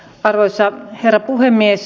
arvoisa herra puhemies